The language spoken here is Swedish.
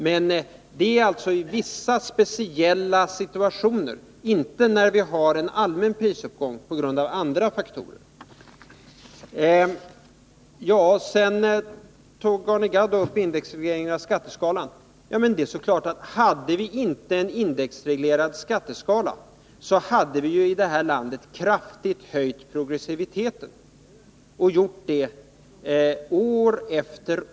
Detta gäller alltså i vissa speciella situationer — inte när vi har en allmän prisuppgång på grund av andra faktorer. Arne Gadd tog upp indexregleringen av skatteskalan. Det är klart att om vi inte hade en indexreglerad skatteskala nu, så skulle vi i det här landet ha höjt progressiviteten år efter år.